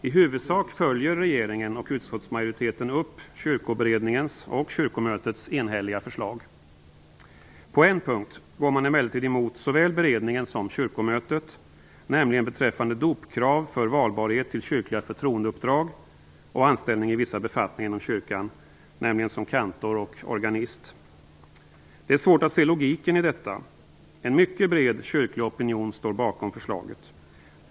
I huvudsak följer regeringen och utskottsmajoriteten upp kyrkoberedningens och kyrkomötets enhälliga förslag. På en punkt går man emellertid emot såväl beredningen som kyrkomötet. Det gäller dopkrav för valbarhet till kyrkliga förtroendeuppdrag och anställning i vissa befattningar inom kyrkan, nämligen som kantor och organist. Det är svårt att se logiken i detta. En mycket bred kyrklig opinion står bakom förslaget.